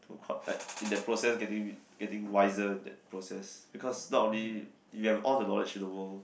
to caught like in the process getting getting wiser that process because not only you have all the knowledge in the world